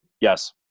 Yes